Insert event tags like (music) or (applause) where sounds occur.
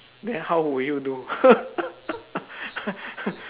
then how would you do (laughs)